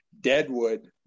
Deadwood